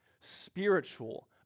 spiritual